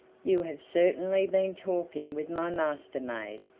you have certainly been talking with my master-maid,